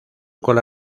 cola